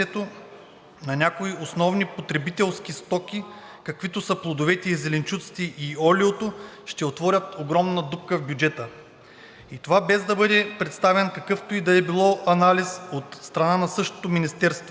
на някои основни потребителски стоки, каквито са плодовете, зеленчуците и олиото, ще отворят огромна дупка в бюджета. И това без да бъде представен какъвто и да било анализ от страна на същото министерство.